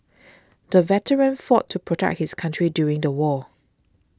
the veteran fought to protect his country during the war